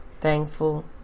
thankful